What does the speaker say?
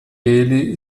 ele